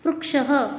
वृक्षः